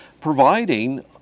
providing